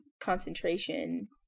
concentration